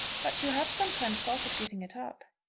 but you have sometimes thought of giving it up.